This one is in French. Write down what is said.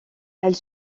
elle